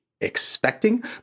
expecting